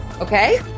Okay